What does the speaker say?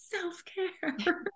self-care